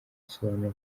asobanura